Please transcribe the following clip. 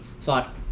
thought